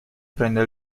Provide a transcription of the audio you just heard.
prende